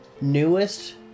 newest